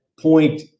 point